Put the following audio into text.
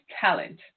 talent